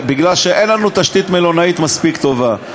כי אין לנו תשתית מלונאית מספיק טובה.